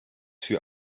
für